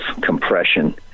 compression